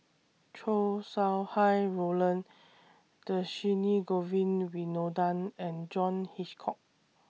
Chow Sau Hai Roland Dhershini Govin Winodan and John Hitchcock